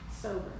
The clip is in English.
sober